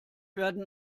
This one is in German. werden